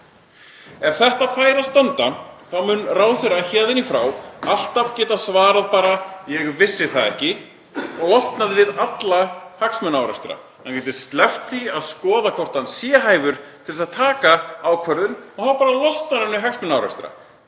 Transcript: Ef þetta fær að standa mun ráðherra héðan í frá alltaf geta svarað bara: Ég vissi það ekki, og losnað við alla hagsmunaárekstra. Hann getur sleppt því að skoða hvort hann sé hæfur til þess að taka ákvörðun og þá bara losnar hann við hagsmunaárekstra: